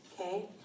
Okay